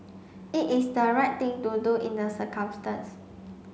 it is the right thing to do in the circumstance